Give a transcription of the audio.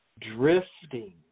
Drifting